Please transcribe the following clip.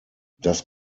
das